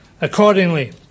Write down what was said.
Accordingly